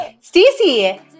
Stacey